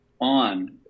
on